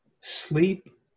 Sleep